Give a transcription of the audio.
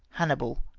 hannibal,